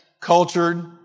cultured